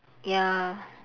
ya